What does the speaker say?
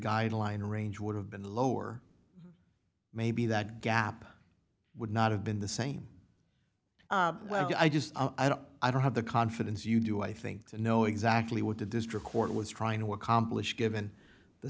guideline range would have been lower maybe that gap would not have been the same well i just i don't i don't have the confidence you do i think to know exactly what the district court was trying to accomplish given the